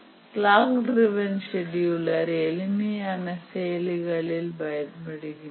clock driven scheduler எளிமையான செயலிகளில் பயன்படுகின்றன